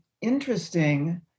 interesting